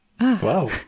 Wow